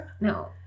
No